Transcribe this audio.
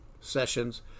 sessions